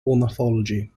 ornithology